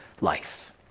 life